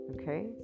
okay